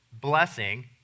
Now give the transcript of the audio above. blessing